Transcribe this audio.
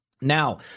Now